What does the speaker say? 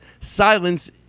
silence